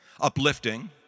uplifting